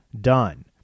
done